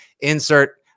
insert